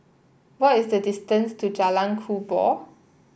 what is the distance to Jalan Kubor